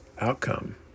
outcome